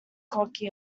cocky